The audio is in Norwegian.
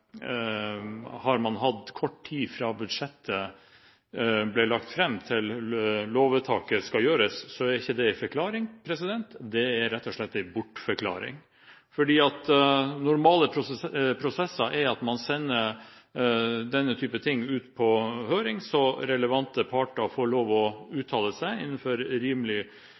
har man hatt kort tid fra budsjettet ble lagt fram, til lovvedtaket skulle gjøres, er ikke det en forklaring, det er rett og slett en bortforklaring. Normal prosess er at man sender denne typen saker ut på høring så relevante parter får lov til å uttale seg innenfor